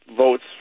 votes